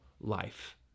life